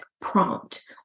prompt